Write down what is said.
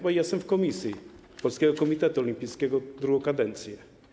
Bo pracuję w komisji Polskiego Komitetu Olimpijskiego drugą kadencję.